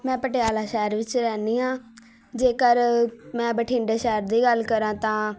ਮੈਂ ਪਟਿਆਲਾ ਸ਼ਹਿਰ ਵਿੱਚ ਰਹਿੰਦੀ ਹਾਂ ਜੇਕਰ ਮੈਂ ਬਠਿੰਡੇ ਸ਼ਹਿਰ ਦੀ ਗੱਲ ਕਰਾਂ ਤਾਂ